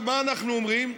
מה אנחנו אומרים?